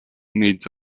needs